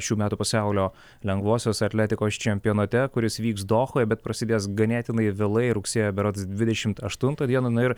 šių metų pasaulio lengvosios atletikos čempionate kuris vyks dohoje bet prasidės ganėtinai vėlai rugsėjo berods dvidešimt aštuntą dieną na ir